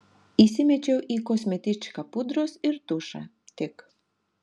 įsimečiau į kosmetičką pudros ir tušą tik